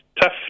tough